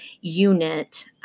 unit